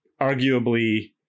arguably